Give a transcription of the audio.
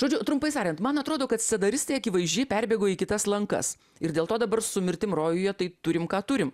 žodžiu trumpai tariant man atrodo kad scenaristė akivaizdžiai perbėgo į kitas lankas ir dėl to dabar su mirtim rojuje tai turim ką turim